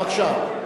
בבקשה.